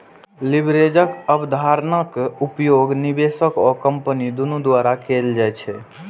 लीवरेजक अवधारणाक उपयोग निवेशक आ कंपनी दुनू द्वारा कैल जाइ छै